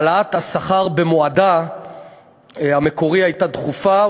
העלאת השכר במועדה המקורי הייתה דחופה,